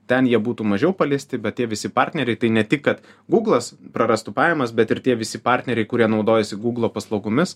ten jie būtų mažiau paliesti bet tie visi partneriai tai ne tik kad gūglas prarastų pajamas bet ir tie visi partneriai kurie naudojasi gūglo paslaugomis